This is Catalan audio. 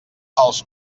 els